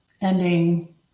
ending